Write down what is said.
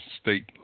state